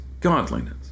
godliness